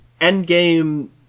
Endgame